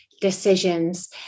decisions